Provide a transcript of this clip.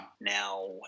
Now